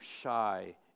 shy